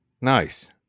Nice